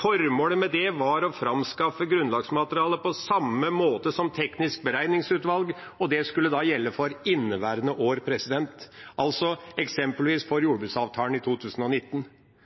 Formålet med det var å framskaffe grunnlagsmateriale på samme måte som Teknisk beregningsutvalg, og det skulle gjelde for inneværende år, altså eksempelvis for jordbruksavtalen i 2019.